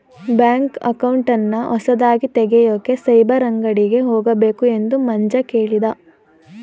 bank ಅಕೌಂಟನ್ನ ಹೊಸದಾಗಿ ತೆಗೆಯೋಕೆ ಸೈಬರ್ ಅಂಗಡಿಗೆ ಹೋಗಬೇಕು ಎಂದು ಮಂಜ ಕೇಳಿದ